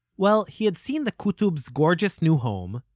well, he had seen the qutob's gorgeous new home,